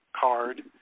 Card